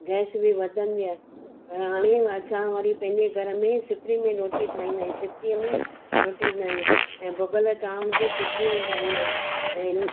gas बि वधंदी आहे पर हाणे असां वरी पंहिंजे घर में सिपरी में रोटी ठाहींदा आहियूं सिपरीअ में रोटींदा आहियूं ऐं भुॻल चांवर बि सिपरी में ठाहींदा आहियूं ऐं